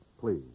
Please